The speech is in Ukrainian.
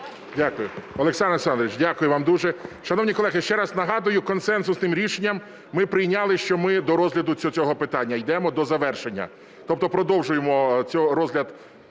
Дякую. Олександр Олександрович, дякую вам дуже. Шановні колеги, ще раз нагадую консенсусним рішенням ми прийняли, що ми до розгляду цього питання йдемо до завершення. Тобто продовжуємо розгляд…